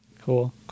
Cool